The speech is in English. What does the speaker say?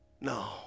no